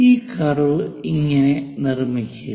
ഈ കർവ് ഇങ്ങനെ നിർമ്മിക്കുക